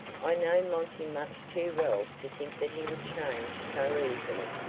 i know monty much too well to think that he would change so easily.